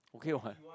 ok what